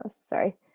Sorry